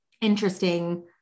interesting